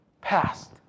past